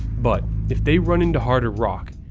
but if they run into harder rock,